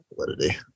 validity